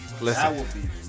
listen